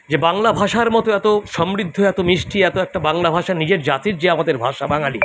যে বাংলা ভাষার মতো এত সমৃদ্ধ এত মিষ্টি এত একটা বাংলা ভাষা নিজের জাতির যে আমাদের ভাষা বাঙ্গালী